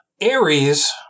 Aries